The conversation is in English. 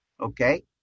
Okay